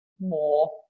more